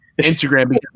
Instagram